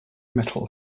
metal